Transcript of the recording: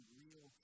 real